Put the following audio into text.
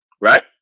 right